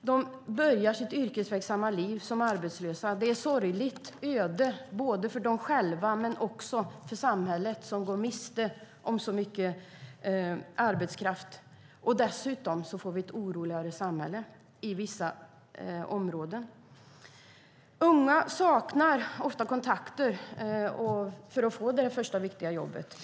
De börjar sitt yrkesverksamma liv som arbetslösa. Det är ett sorgligt öde inte bara för de själva utan också för samhället, som går miste om så mycket arbetskraft. Dessutom får vi ett oroligare samhälle i vissa områden. Unga saknar ofta kontakter för att få det första viktiga jobbet.